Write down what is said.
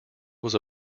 was